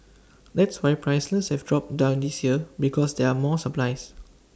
that's why prices have dropped this year because there are more supplies